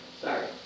Sorry